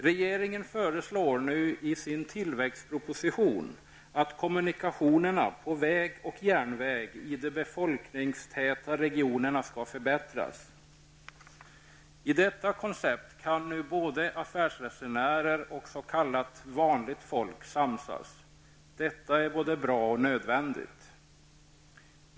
Regeringen föreslår nu i sin tillväxtproposition att kommunikationerna på väg och järnväg i de befolkningstäta regionerna skall förbättras. I detta koncept kan nu både affärsresenärer och s.k. vanligt folk samsas. Detta är både bra och nödvändigt.